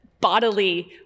bodily